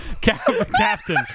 Captain